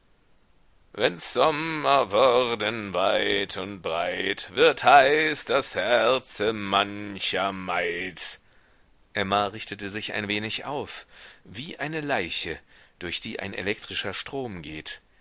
wenns sommer worden weit und breit wird heiß das herze mancher maid emma richtete sich ein wenig auf wie eine leiche durch die ein elektrischer strom geht